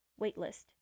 Waitlist